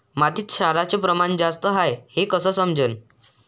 मातीत क्षाराचं प्रमान जास्त हाये हे कस समजन?